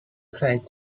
赛季